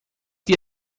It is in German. die